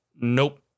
Nope